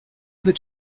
that